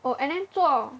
oh and then 做